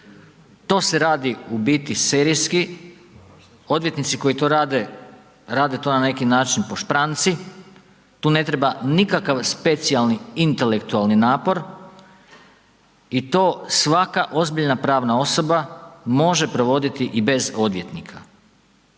to se radi u biti serijski, odvjetnici koji to rade, rade to na neki način po špranci, tu ne treba nikakav specijalni intelektualni napor i to svaka ozbiljna pravna osoba može provoditi i bez odvjetnika.